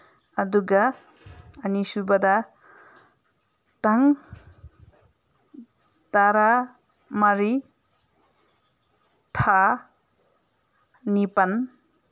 ꯑꯗꯨꯒ ꯑꯅꯤꯁꯨꯕꯗ ꯇꯥꯡ ꯇꯔꯥ ꯃꯔꯤ ꯊꯥ ꯅꯤꯄꯥꯟ